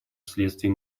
вследствие